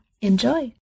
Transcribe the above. Enjoy